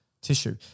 tissue